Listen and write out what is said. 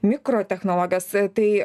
mikro technologijos tai